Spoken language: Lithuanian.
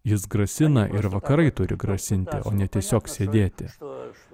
jis grasina ir vakarai turi grasinti o ne tiesiog sėdėti